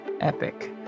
epic